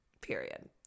period